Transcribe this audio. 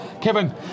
Kevin